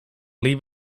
leave